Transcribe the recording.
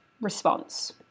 response